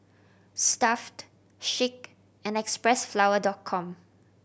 Stuff'd Schick and Xpressflower Dot Com